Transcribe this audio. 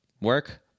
work